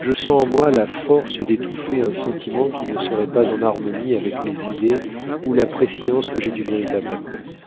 je sens en moi la force d'étouffer un sentiment qui ne serait pas en harmonie avec les idées ou la prescience que j'ai du véritable amour